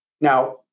Now